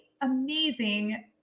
amazing